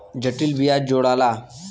जटिल बियाज जोड़ाला